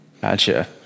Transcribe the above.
Gotcha